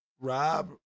Rob